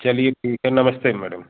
चलिए ठीक है नमस्ते मैडम